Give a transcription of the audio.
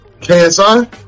KSI